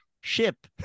ship